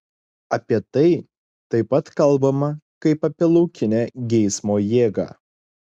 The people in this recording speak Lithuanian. apie tai taip pat kalbama kaip apie laukinę geismo jėgą